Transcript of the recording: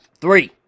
three